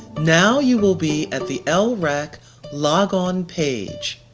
now you will be at the lrac logon page.